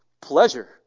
pleasure